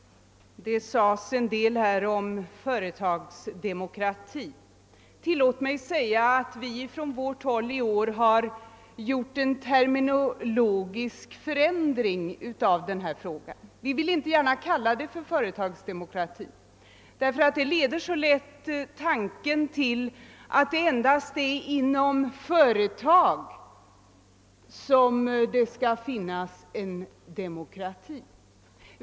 Här har talats en del om företagsdemokrati. Tillåt mig säga att vi från vårt håll i år har gjort en terminologisk förändring. Vi vill inte gärna kalla det företagsdemokrati, eftersom detta uttryck så lätt leder tanken till att det endast är inom företag som det skall finnas demokrati.